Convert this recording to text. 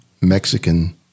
Mexican